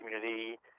community –